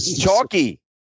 Chalky